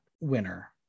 winner